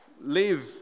live